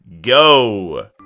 Go